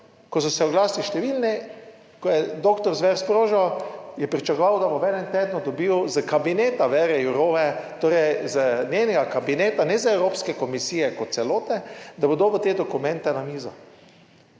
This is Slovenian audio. ko so se oglasili številni, ko je doktor Zver sprožil, je pričakoval, da bo v enem tednu dobil iz kabineta Věre Jourove, torej z njenega kabineta, ne z Evropske komisije kot celote, da bo dobil te dokumente na mizo.